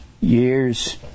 years